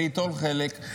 וייטול חלק,